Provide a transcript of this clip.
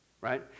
right